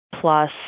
plus